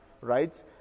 right